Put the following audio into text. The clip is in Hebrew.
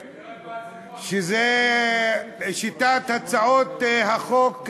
אני בעד, בעד סיפוח, שזו שיטת הצעות החוק: